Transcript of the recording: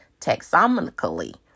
taxonomically